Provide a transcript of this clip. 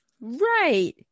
right